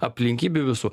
aplinkybių visų